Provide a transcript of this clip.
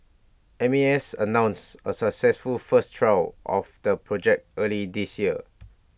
M A S announced A successful first trial of the project early this year